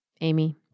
Amy